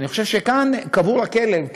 אני חושב שכאן קבור הכלב,